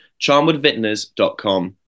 charmwoodvintners.com